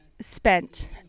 spent